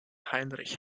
heinrich